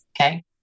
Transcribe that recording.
Okay